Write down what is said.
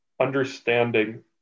understanding